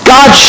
God